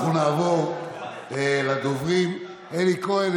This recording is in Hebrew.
אנחנו נעבור לדוברים: אלי כהן,